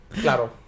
Claro